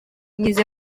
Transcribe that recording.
mwize